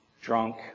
drunk